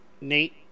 Nate